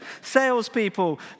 salespeople